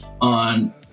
on